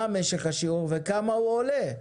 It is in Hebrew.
מה משך השיעור וכמה הוא עולה?